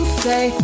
say